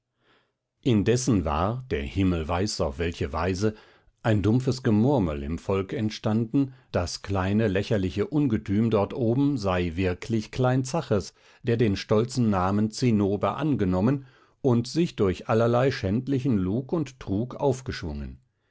indessen war der himmel weiß auf welche weise ein dumpfes gemurmel im volke entstanden das kleine lächerliche ungetüm dort oben sei wirklich klein zaches der den stolzen namen zinnober angenommen und sich durch allerlei schändlichen lug und trug aufgeschwungen